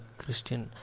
Christian